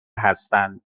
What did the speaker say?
هستند